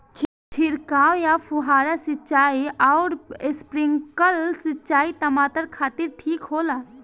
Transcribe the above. छिड़काव या फुहारा सिंचाई आउर स्प्रिंकलर सिंचाई टमाटर खातिर ठीक होला?